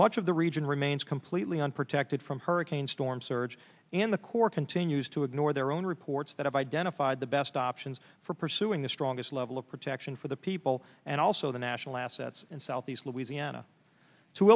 much of the region remains completely unprotected from hurricane storm surge and the corps continues to ignore their own reports that have identified the best options for pursuing the strongest level of protection for the people and also the national assets in southeast louisiana to